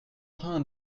train